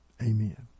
Amen